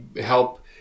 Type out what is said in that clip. help